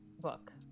book